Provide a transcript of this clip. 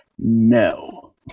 No